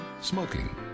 Smoking